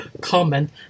comment